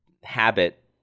habit